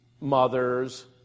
mother's